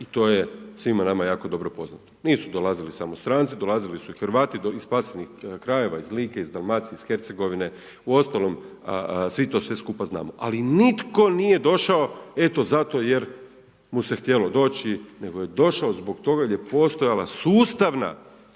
i to je svima nama jako dobro poznato. Nisu dolazili samo stranci, dolazili su i Hrvati iz .../Govornik se ne razumije./... krajeva, iz Like, iz Dalmacije, iz Hercegovine. Uostalom svi to sve skupa znamo. Ali nitko nije došao eto zato jer mu se htjelo doći, nego je došao zbog toga jer je postojala sustavna